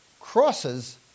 crosses